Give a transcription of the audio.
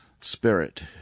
spirit